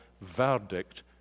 verdict